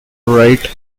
write